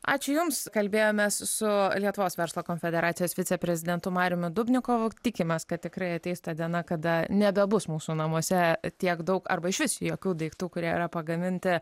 ačiū jums kalbėjomės su lietuvos verslo konfederacijos viceprezidentu mariumi dubnikovu tikimės kad tikrai ateis ta diena kada nebebus mūsų namuose tiek daug arba išvis jokių daiktų kurie yra pagaminti